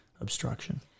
obstruction